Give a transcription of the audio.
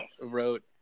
wrote